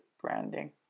branding